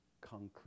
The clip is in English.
concrete